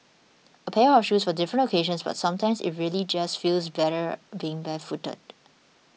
a pair of shoes for different occasions but sometimes it really just feels better being barefooted